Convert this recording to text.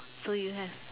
so you have